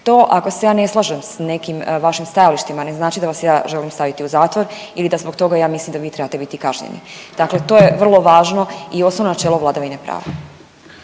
To ako se ja ne slažem s nekim vašim stajalištima ne znači da vas ja želim staviti u zatvor ili da zbog toga ja mislim vi trebate biti kažnjeni. Dakle, to je vrlo važno i osnovno načelo vladavine prava.